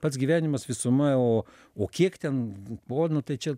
pats gyvenimas visuma o o kiek ten ponų tai čia